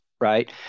right